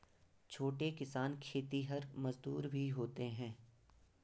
छोटे किसान खेतिहर मजदूर भी होते हैं